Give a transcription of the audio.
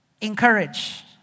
Encourage